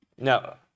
Now